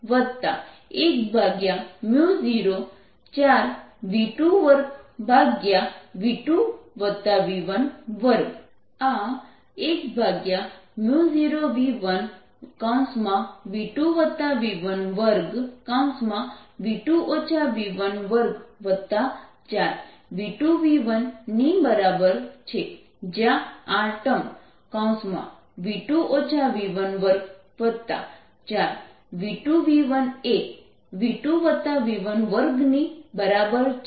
જ્યાં આ term v2 v12 4v2v1એ v2v12 ની બરાબર જ છે